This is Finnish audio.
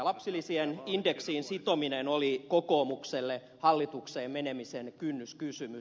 lapsilisien indeksiin sitominen oli kokoomukselle hallitukseen menemisen kynnyskysymys